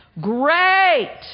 great